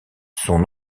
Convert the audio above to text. son